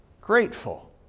grateful